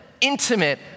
intimate